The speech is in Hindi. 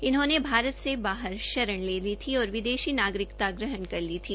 उन्होंने भारत से बाहर शरण ले थी और विदेशी नागरिकता ग्रहण कर ली थी